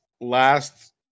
last